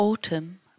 Autumn